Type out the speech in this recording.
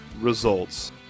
results